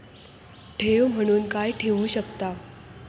ठेव म्हणून काय ठेवू शकताव?